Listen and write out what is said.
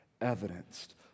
evidenced